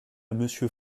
monsieur